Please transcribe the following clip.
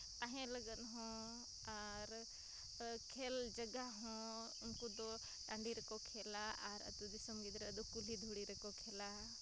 ᱛᱟᱦᱮᱱ ᱞᱟᱹᱜᱤᱫᱦᱚᱸ ᱟᱨ ᱠᱷᱮᱞ ᱡᱟᱭᱜᱟᱦᱚᱸ ᱩᱱᱠᱩᱫᱚ ᱴᱟᱺᱰᱤᱨᱮᱠᱚ ᱠᱷᱮᱞᱟ ᱟᱨ ᱟᱛᱳ ᱫᱤᱥᱚᱢ ᱜᱤᱫᱽᱨᱟᱹᱫᱚ ᱠᱩᱞᱦᱤ ᱫᱷᱩᱲᱤ ᱨᱮᱠᱚ ᱠᱷᱮᱞᱟ